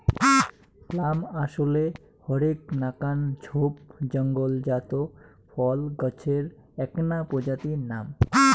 plum আশলে হরেক নাকান ঝোপ জঙলজাত ফল গছের এ্যাকনা প্রজাতির নাম